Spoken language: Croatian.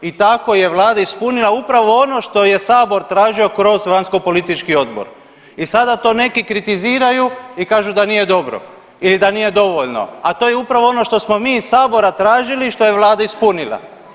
I tako je vlada ispunila upravo ono što je sabor tražio kroz vanjskopolitički odbor i sada to neki kritiziraju i kažu da nije dobro ili da nije dovoljno, a to je upravo ono što smo mi iz sabora tražili i što je vlada ispunila.